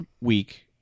week